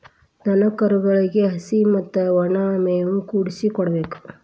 ದನಕರುಗಳಿಗೆ ಹಸಿ ಮತ್ತ ವನಾ ಮೇವು ಕೂಡಿಸಿ ಕೊಡಬೇಕ